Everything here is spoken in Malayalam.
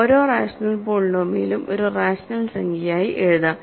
ഓരോ റാഷണൽ പോളിനോമിയലും ഒരു റാഷണൽ സംഖ്യയായി എഴുതാം